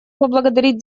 поблагодарить